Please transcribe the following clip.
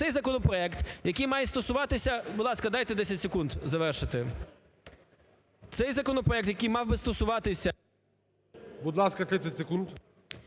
цей законопроект, який має стосуватися… Будь ласка, дайте 10 секунд завершити. Цей законопроект, який мав би стосуватися… ГОЛОВУЮЧИЙ. Будь ласка, 30 секунд.